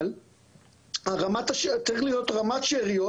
אבל צריך להיות רמת שאריות,